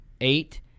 Eight